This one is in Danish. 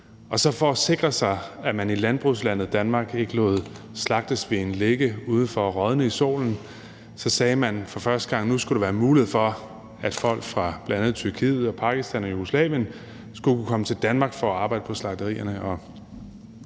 og for at sikre sig, at man i landbrugslandet Danmark ikke lod slagtesvin ligge udenfor og rådne i solen, så sagde man for første gang, at der nu skulle være mulighed for, at folk fra bl.a. Tyrkiet, Pakistan og Jugoslavien skulle kunne komme til Danmark for at arbejde på slagterierne.